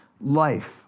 life